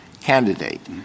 candidate